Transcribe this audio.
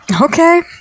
Okay